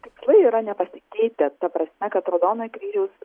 tikslai yra nepasikeitę ta prasme kad raudonojo kryžiaus